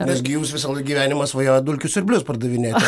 nes gi jūs visą laik gyvenimą svajojot dulkių siurblius pardavinėti